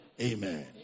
amen